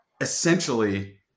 essentially